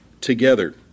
together